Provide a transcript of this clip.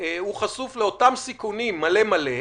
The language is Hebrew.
הוא חשוף לאותם סיכונים מלא מלא,